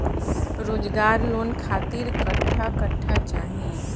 रोजगार लोन खातिर कट्ठा कट्ठा चाहीं?